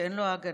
אין לו ההגנה.